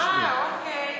אה, אוקיי.